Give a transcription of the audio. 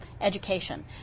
education